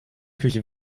küche